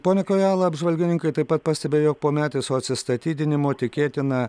pone kojala apžvalgininkai taip pat pastebi jog po metiso atsistatydinimo tikėtina